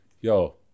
Yo